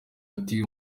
ati